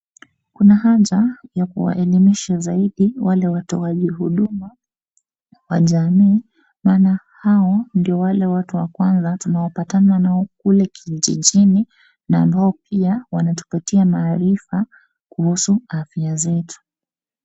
Kuna haja ya kuwaelemisha zaidi wale watoaji huduma wa jamii maana hao ndio wale watu wa kwanza tunaopatana nao kule kijijini na ambao pia wanatupatia maarifa kuhusu afya zetu.